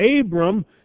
Abram